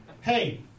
Hey